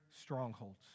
strongholds